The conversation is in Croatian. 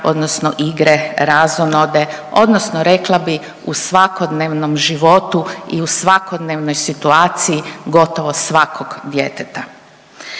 odnosno igre, razonode odnosno rekla bi u svakodnevnom životu i u svakodnevnoj situaciji gotovo svakog djeteta.